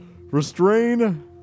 restrain